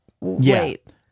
wait